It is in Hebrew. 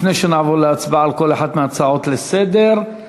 לפני שנעבור להצבעה על כל אחת מההצעות לסדר-היום,